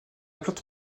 plante